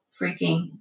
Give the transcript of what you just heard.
freaking